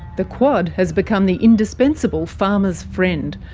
the quad has become the indispensable farmer's friend,